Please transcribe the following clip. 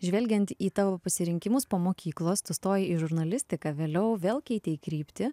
žvelgiant į tavo pasirinkimus po mokyklos tu stojai į žurnalistiką vėliau vėl keitei kryptį